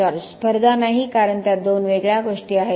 George स्पर्धा नाही कारण त्या दोन वेगळ्या गोष्टी आहेत